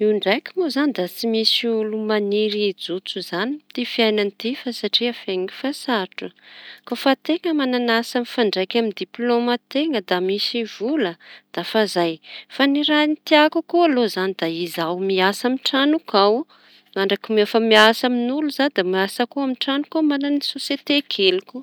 Io ndraiky moa izañy da tsy misy olo maniry hijotso izañy amin'ny ty fiainan'ity satria fianany efa sarotsy; ko fa teña mañañ'asa mifandraika amin'ny diplôma teña da misy vola da fa zay. Fa ny raha nitiako aloha da izaho miasa amin'ny trañoko ao mandraky efa miasa amin'olo zao da miasa koa amin'ny trañoko ao mañana sosiete keliko.